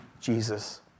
Jesus